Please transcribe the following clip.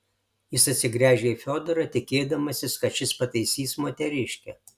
jis atsigręžė į fiodorą tikėdamasis kad šis pataisys moteriškę